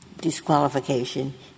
disqualification